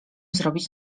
zrobić